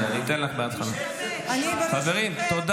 תודה